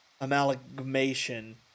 Amalgamation